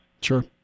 Sure